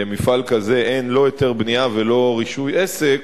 שלמפעל כזה אין לא היתר בנייה ולא רישוי עסק,